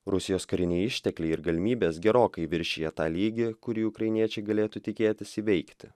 rusijos kariniai ištekliai ir galimybės gerokai viršija tą lygį kurį ukrainiečiai galėtų tikėtis įveikti